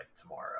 tomorrow